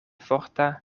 forta